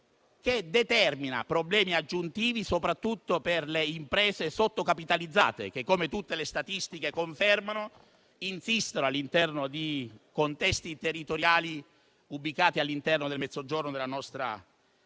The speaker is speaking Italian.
che determina problemi aggiuntivi soprattutto per le imprese sottocapitalizzate che - come tutte le statistiche confermano - insistono all'interno di contesti territoriali ubicati nel Mezzogiorno della nostra Nazione.